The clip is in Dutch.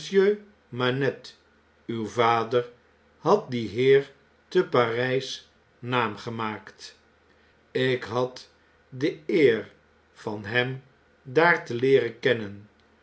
manette uw vader had die heer te p a r y s naam gemaakt ik had de eer van hem daar te leeren kennen